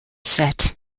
set